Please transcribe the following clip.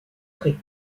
près